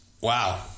wow